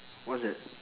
what's that